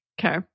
Okay